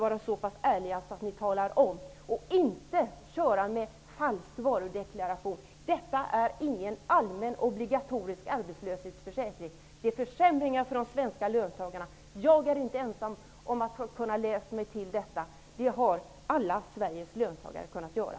Var så pass ärliga att ni talar om det, i stället för att köra med falsk varudeklaration. Detta är ingen allmän obligatorisk arbetslöshetsförsäkring! Det är försämringar för de svenska löntagarna. Det har inte bara jag kunnat läsa mig till, utan det har alla Sveriges löntagare kunnat göra.